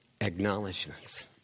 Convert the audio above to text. acknowledgments